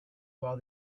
while